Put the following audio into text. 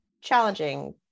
challenging